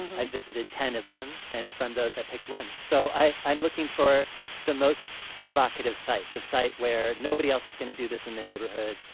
i visited ten of them. and from those i picked one so i'm looking for the most provocative site, the site where nobody else is going to do this in the neighborhood.